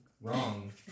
wrong